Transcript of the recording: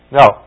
Now